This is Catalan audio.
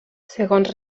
segons